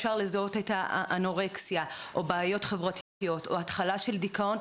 איך אפשר לזהות אנורקסיה או בעיות חברתיות או התחלה של דיכאון?